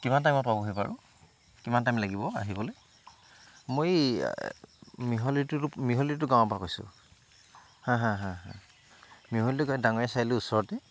কিমান টাইমত পাবহি বাৰু কিমান টাইম লাগিব আহিবলৈ মই এই মিহলিটো মিহলিটো গাঁৱৰ পৰা কৈছোঁ হা হা হা মিহলিটোৰ ডাঙৰীয়া চাৰিআলিটোৰ ওচৰতে